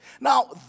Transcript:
Now